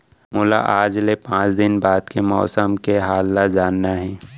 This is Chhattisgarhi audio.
मोला आज ले पाँच दिन बाद के मौसम के हाल ल जानना हे?